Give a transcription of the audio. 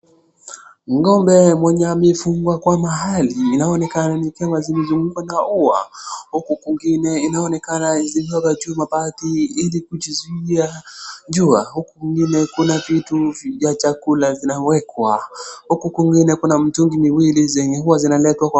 Ng'ombe mwenye amefungwa kwa mahali inaonekana kama zimezungukwa na ua huku inaonekana zimewekwa juu mabati ili kujizuia jua. Huku kwingine kuna vitu vya chakula vinawekwa. Huku kwingine kuna mitungi miwili zenye hua zinaletwa kwa.